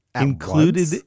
included